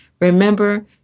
Remember